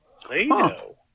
Play-Doh